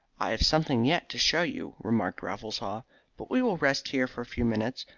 i have something yet to show you, remarked raffles haw but we will rest here for a few minutes,